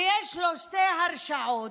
ויש לו שתי הרשעות